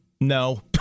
no